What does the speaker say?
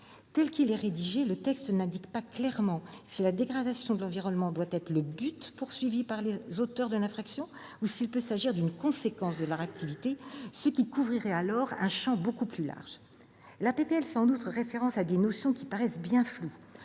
Tel qu'il est rédigé, le texte n'indique pas clairement si la dégradation de l'environnement doit être le but recherché par les auteurs de l'infraction ou s'il peut s'agir d'une conséquence de leur activité, ce qui couvrirait un champ beaucoup plus large. La proposition de loi fait en outre référence à des notions qui paraissent bien floues